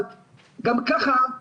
אבל גם ככה,